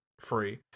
Free